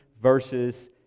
verses